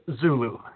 Zulu